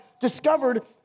discovered